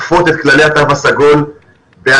ולא